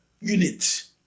unit